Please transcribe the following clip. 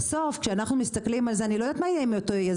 ובסוף כשאנחנו מסתכלים על זה אני לא יודעת מה יהיה עם אותו יזם,